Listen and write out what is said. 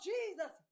Jesus